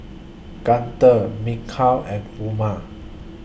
Guntur Mikhail and Umar